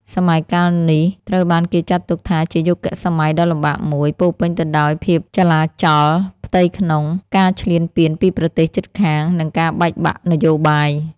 សម័យកាលនេះត្រូវបានគេចាត់ទុកថាជាយុគសម័យដ៏លំបាកមួយ ពោរពេញទៅដោយភាពចលាចលផ្ទៃក្នុង ការឈ្លានពានពីប្រទេសជិតខាង និងការបែកបាក់នយោបាយ។